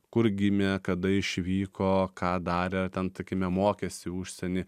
kur gimė kada išvyko ką darė ar ten takime mokėsi užsieny